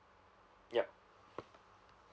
yup